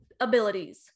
abilities